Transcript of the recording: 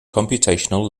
computational